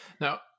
now